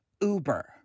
uber